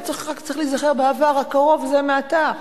צריך להיזכר בעבר הקרוב, זה עתה,